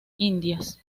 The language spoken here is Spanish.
indias